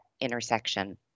intersection